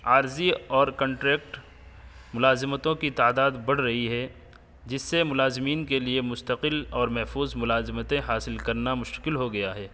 عارضی اور کنٹریکٹ ملازمتوں کی تعداد بڑھ رہی ہے جس سے ملازمین کے لیے مستقل اور محفوظ ملازمتیں حاصل کرنا مشکل ہوگیا ہے